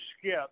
skip